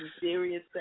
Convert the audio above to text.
serious